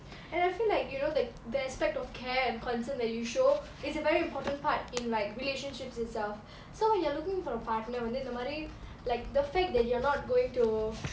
and I feel like you know the the aspect of care and concern that you show is a very important part in like relationships itself so when you're looking for a partner வந்து இந்தமாரி:vanthu inthamari like the fact that you're not going to